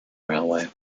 railway